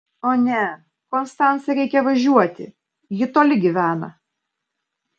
o ne konstancai reikia važiuoti ji toli gyvena